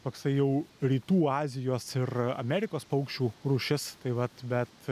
toksai jau rytų azijos ir amerikos paukščių rūšis tai vat bet